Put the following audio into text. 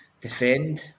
defend